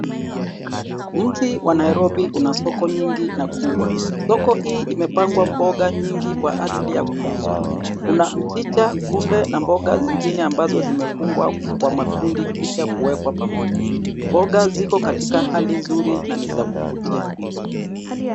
Mji wa Nairobi una soko nyingi na kubwa. Soko hii imepangwa mboga nyingi kwa ajili ya kuuzwa. Kuna mchicha, kunde na mboga zingine ambazo zimefungwa kwa makundi kisha kuwekwa pamoja. Mboga ziko katika hali nzuri na ni za kuvutia.